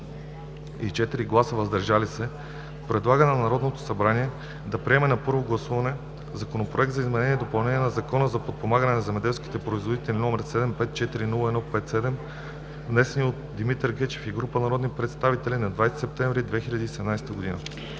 и 4 гласа “въздържали се” предлага на Народното събрание да приеме на първо гласуване Законопроект за изменение и допълнение на Закона за подпомагане на земеделските производители, № 754-01-57, внесен от народния представител Димитър Гечев и група народни представители на 20 септември 2017 г.